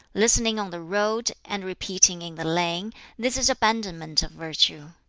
listening on the road, and repeating in the lane this is abandonment of virtue.